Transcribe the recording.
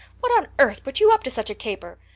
what on earth put you up to such a caper?